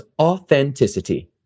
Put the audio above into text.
Authenticity